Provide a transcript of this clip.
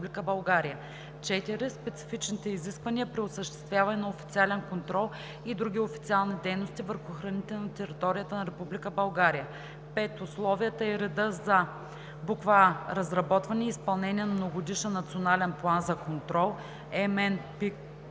4. специфичните изисквания при осъществяване на официален контрол и други официални дейности върху храните на територията на Република България; 5. условията и реда за: а) разработване и изпълнение на Многогодишен национален план за контрол (МНПК);